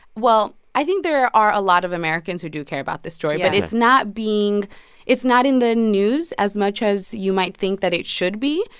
well, i think there are a lot of americans who do care about this story yeah but it's not being it's not in the news as much as you might think that it should be.